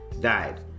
died